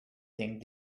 thing